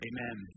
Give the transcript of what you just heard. Amen